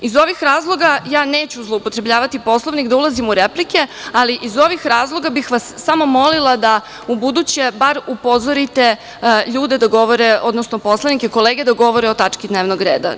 Iz ovih razloga neću zloupotrebljavati Poslovnik, da ulazim u replike, ali iz ovih razloga bih vas samo molila da u buduće bar upozorite ljude da govore, odnosno poslanike, kolege da govore o tački dnevnog reda.